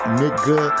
nigga